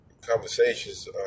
conversations